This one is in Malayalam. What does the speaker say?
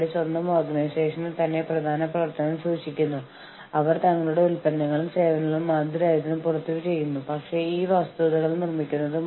അതിനാൽ ഞങ്ങൾ വേതനത്തെക്കുറിച്ച് സംസാരിക്കാൻ ആഗ്രഹിക്കുന്നു എന്ന് തൊഴിലാളി യൂണിയൻ പറഞ്ഞാൽ പറ്റില്ല എന്ന് സംഘടനയ്ക്ക് പറയാൻ കഴിയാത്ത വിഷയങ്ങളിൽ ഒന്നാണിത്